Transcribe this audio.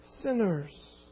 sinners